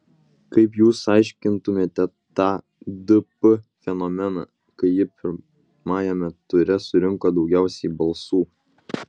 kaip jūs aiškintumėte tą dp fenomeną kai ji pirmajame ture surinko daugiausiai balsų